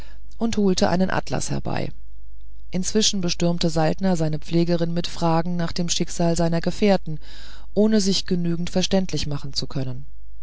und holte einen atlas herbei inzwischen bestürmte saltner seine pflegerin mit fragen nach dem schicksal seiner gefährten ohne sich genügend verständlich machen zu können